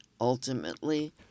ultimately